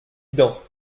dedans